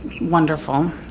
wonderful